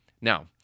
Now